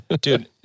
Dude